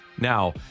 Now